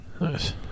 Nice